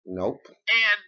nope